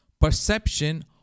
perception